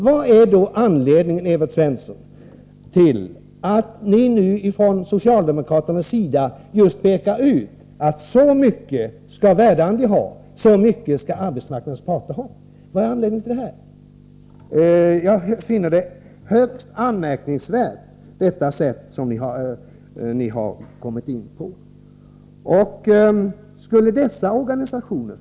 Vad är då, Evert Svensson, anledningen till att ni från socialdemokraternas sida nu pekar ut hur mycket Verdandi resp. arbetsmarknadens parter skall ha? Jag finner det högst anmärkningsvärt att ni har slagit in på denna väg.